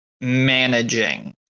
managing